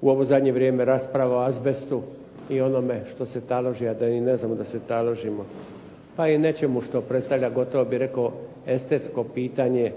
u ovo zadnje vrijeme rasprava o azbestu i onome što se taloži, a da ni ne znamo da se taložimo. Pa i nečemu što predstavlja gotovo bih rekao estetsko pitanje